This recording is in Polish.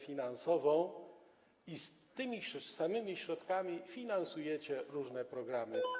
finansową i z tych samych środków finansujecie różne programy.